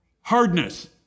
hardness